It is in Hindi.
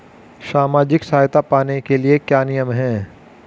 सामाजिक सहायता पाने के लिए क्या नियम हैं?